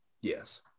Yes